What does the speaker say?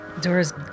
Dora's